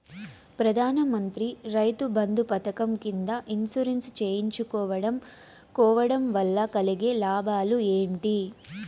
ప్రధాన మంత్రి రైతు బంధు పథకం కింద ఇన్సూరెన్సు చేయించుకోవడం కోవడం వల్ల కలిగే లాభాలు ఏంటి?